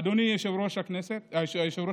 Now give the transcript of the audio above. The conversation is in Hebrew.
אדוני יושב-ראש המליאה,